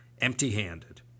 empty-handed